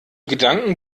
gedanken